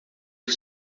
que